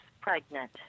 pregnant